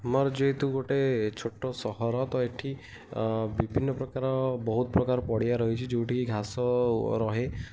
ଆମର ଯେହେତୁ ଗୋଟେ ଛୋଟ ସହର ତ ଏଠି ବିଭିନ୍ନ ପ୍ରକାର ବହୁତ ପ୍ରକାର ପଡ଼ିଆ ରହିଛି ଯେଉଁଠିକି ଘାସ ରହେ